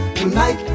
tonight